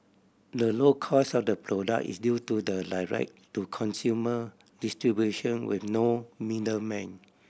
the low cost of the product is due to the direct to consumer distribution with no middlemen